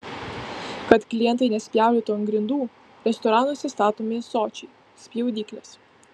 kad klientai nespjaudytų ant grindų restoranuose statomi ąsočiai spjaudyklės